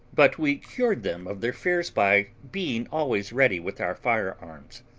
but we cured them of their fears by being always ready with our firearms.